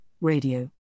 radio